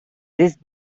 these